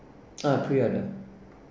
uh pre-order